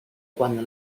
cuando